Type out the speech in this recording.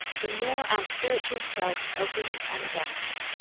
the more our spiritual self opens and adapts.